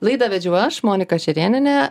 laidą vedžiau aš monika šerėnienė